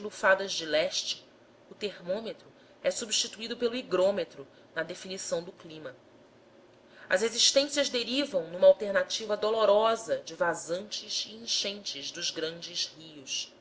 lufadas de leste o termômetro é substituído pelo higrômetro na definição do clima as existências derivam numa alternativa dolorosa de vazantes e enchentes dos grandes rios